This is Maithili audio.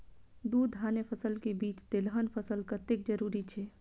दू धान्य फसल के बीच तेलहन फसल कतेक जरूरी छे?